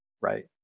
Right